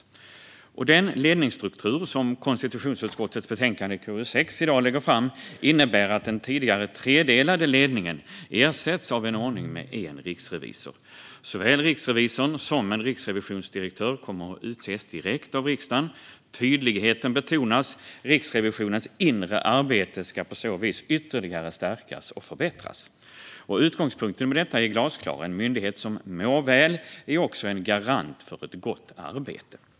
Det förslag till ledningsstruktur som i dag läggs fram i konstitutionsutskottets betänkande KU6 innebär att den tidigare tredelade ledningen ersätts av en ordning med en riksrevisor. Såväl riksrevisorn som en riksrevisionsdirektör kommer att utses direkt av riksdagen. Tydligheten betonas. Riksrevisionens inre arbete ska på så vis ytterligare stärkas och förbättras. Utgångspunkten med detta är glasklar: En myndighet som mår väl är också en garant för ett gott arbete.